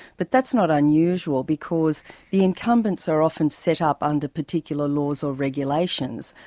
but that's not unusual because the incumbents are often set up under particular laws or regulations,